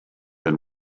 and